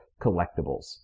collectibles